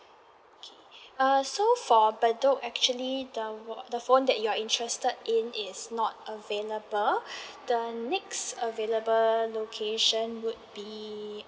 okay uh so for bedok actually the watch the phone that you are interested in is not available the next available location would be